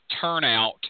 turnout